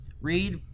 read